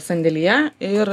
sandėlyje ir